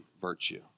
virtue